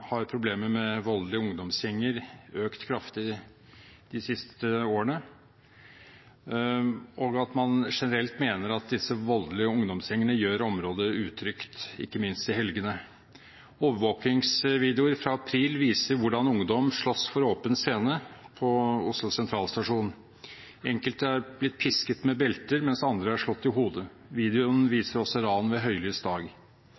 har problemet med voldelige ungdomsgjenger økt kraftig de siste årene, og at man generelt mener at disse voldelige ungdomsgjengene gjør området utrygt, ikke minst i helgene. Overvåkingsvideoer fra april viser hvordan ungdom slåss for åpen scene på Oslo Sentralstasjon. Enkelte er blitt pisket med belter, mens andre er slått i hodet. Videoene viser også ran ved høylys dag.